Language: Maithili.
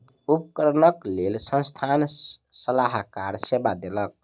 उपकरणक लेल संस्थान सलाहकार सेवा देलक